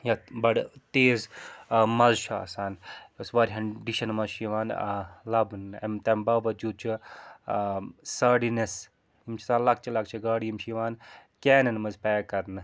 یَتھ بَڈٕ تیز مَزٕ چھُ آسان یۄس واریاہَن ڈِشَن مَنٛز چھِ یِوان لَبنہٕ اَمہِ تَمہِ باوجوٗد چھُ ساڈینٮ۪س یِم چھِ آسان لۅکچہِ لۅکچہِ گاڈٕ یِم چھِ یِوان کینَن منٛز پیک کَرنہٕ